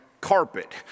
carpet